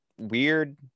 weird